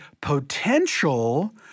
potential